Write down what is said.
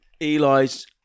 Eli's